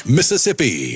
Mississippi